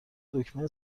دکمه